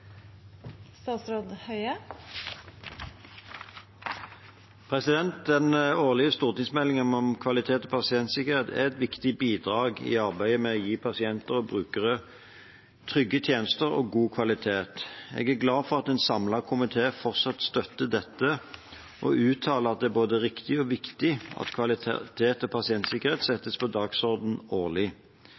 å gi pasienter og brukere trygge tjenester og god kvalitet. Jeg er glad for at en samlet komité fortsatt støtter dette, og uttaler at det er både riktig og viktig at kvalitet og pasientsikkerhet settes på